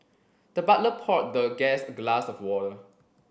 the butler poured the guest a glass of water